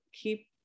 keep